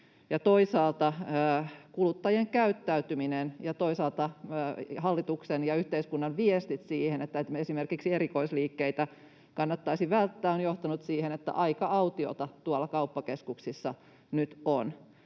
Toisaalta kuluttajien käyttäytyminen ja toisaalta hallituksen ja yhteiskunnan viestit, että esimerkiksi erikoisliikkeitä kannattaisi välttää, ovat johtaneet siihen, että aika autiota tuolla kauppakeskuksissa nyt on.